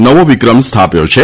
નવો વિક્રમ સ્થાપ્યો છે